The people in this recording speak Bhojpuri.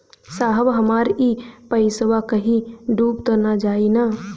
साहब हमार इ पइसवा कहि डूब त ना जाई न?